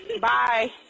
Bye